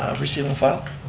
ah receiving file?